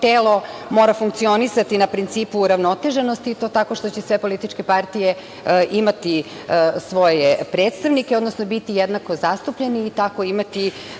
telo mora funkcionisati na principu uravnoteženosti i to tako što će sve političke partije imati svoje predstavnike, odnosno biti jednako zastupljeni i tako imati